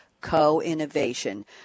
co-innovation